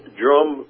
drum